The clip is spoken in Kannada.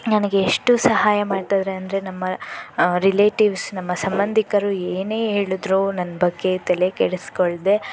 ನನಗೆ ಎಷ್ಟು ಸಹಾಯ ಮಾಡ್ತಾರೆ ಅಂದರೆ ನಮ್ಮ ರಿಲೇಟಿವ್ಸ್ ನಮ್ಮ ಸಂಬಂಧಿಕರು ಏನೇ ಹೇಳಿದ್ರೂ ನನ್ನ ಬಗ್ಗೆ ತಲೆ ಕೆಡಿಸಿಕೊಳ್ಳದೆ